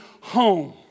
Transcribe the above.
home